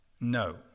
No